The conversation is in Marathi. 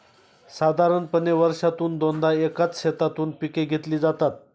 साधारणपणे वर्षातून दोनदा एकाच शेतातून पिके घेतली जातात